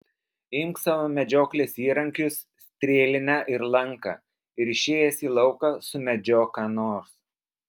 imk savo medžioklės įrankius strėlinę ir lanką ir išėjęs į lauką sumedžiok ką nors